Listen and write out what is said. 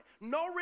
No